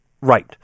right